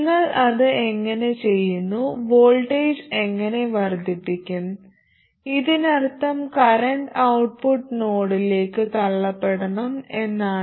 നിങ്ങൾ അത് എങ്ങനെ ചെയ്യുന്നു വോൾട്ടേജ് എങ്ങനെ വർദ്ധിപ്പിക്കും ഇതിനർത്ഥം കറന്റ് ഔട്ട്പുട്ട് നോഡിലേക്ക് തള്ളപ്പെടണം എന്നാണ്